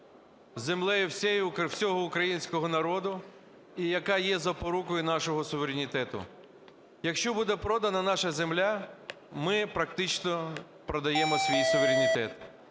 землею всього українського народу і яка є запорукою нашого суверенітету. Якщо буде продана наша земля, ми практично продаємо свій суверенітет.